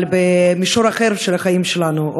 אבל במישור אחר של החיים שלנו,